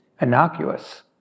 innocuous